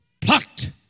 plucked